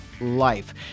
life